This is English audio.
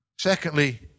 Secondly